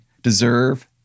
deserve